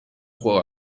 juego